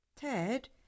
Ted